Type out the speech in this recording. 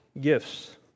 gifts